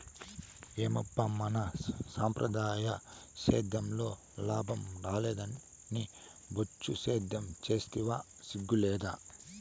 ఏమప్పా మన సంప్రదాయ సేద్యంలో లాభం రాలేదని బొచ్చు సేద్యం సేస్తివా సిగ్గు లేదూ